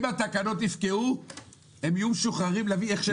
אם התקנות יפקעו הם יהיו משוחררים להביא איך שהם רוצים.